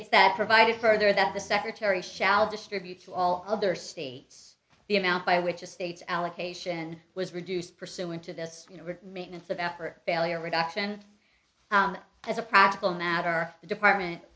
it's that provided for there that the secretary shall distribute to all other states the amount by which a state allocation was reduced pursuant to this you know where maintenance of effort failure reduction as a practical matter the department